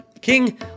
King